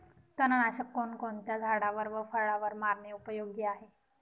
तणनाशक कोणकोणत्या झाडावर व फळावर मारणे उपयोगी आहे?